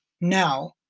Now